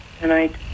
tonight